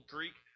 Greek